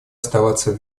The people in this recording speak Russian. оставаться